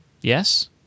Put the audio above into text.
yes